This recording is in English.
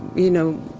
you know,